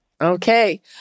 Okay